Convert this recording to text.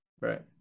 Right